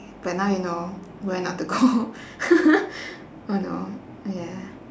but now you know where not to go oh no ya